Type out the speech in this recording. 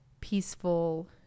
peaceful